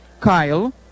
kyle